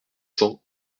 cents